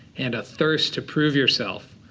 and a thirst to prove yourself.